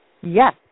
Yes